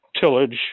tillage